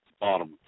bottom